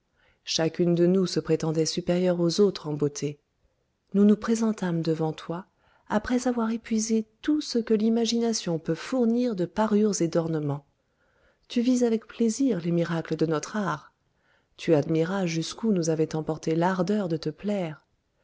chacune de nous se prétendoit supérieure aux autres en beauté nous nous présentâmes devant toi après avoir épuisé tout ce que l'imagination peut fournir de parures et d'ornements tu vis avec plaisir les miracles de notre art tu admiras jusqu'où nous avoit emportées l'ardeur de te plaire